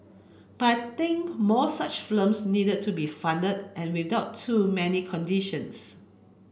but I think more such films need to be funded and without too many conditions